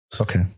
Okay